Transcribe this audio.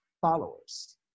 followers